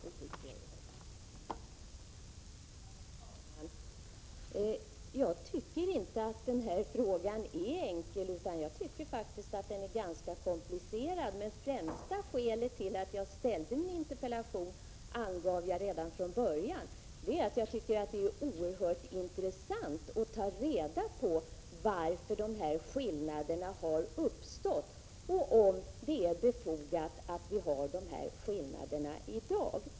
Herr talman! Jag tycker inte att den här frågan är enkel utan att den faktiskt är ganska komplicerad. Främsta skälet till att jag framställde denna interpellation är — det angav jag redan från början — att jag tycker det är oerhört intressant att ta reda på varför dessa skillnader har uppstått och om det är befogat att de finns kvar i dag.